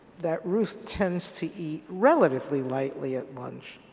that ruth tends to eat relatively lightly at lunch